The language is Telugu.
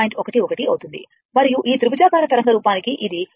11 అవుతుంది మరియు ఈ త్రిభుజాకార తరంగ రూపానికి ఇది 1